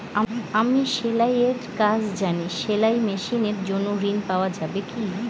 আমি সেলাই এর কাজ জানি সেলাই মেশিনের জন্য ঋণ পাওয়া যাবে কি?